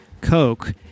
Coke